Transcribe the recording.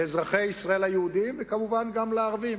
לאזרחי ישראל היהודים וכמובן גם לערבים.